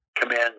command